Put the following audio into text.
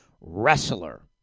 wrestler